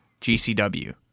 GCW